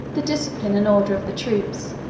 the discipline and order of the troops,